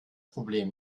problem